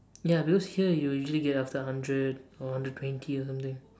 ya because here you usually get up to hundred or up to hundred twenty or something